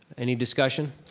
any discussion?